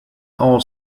all